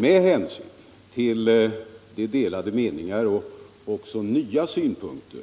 Med hänsyn till de delade meningar och även de nya synpunkter